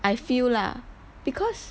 I feel lah because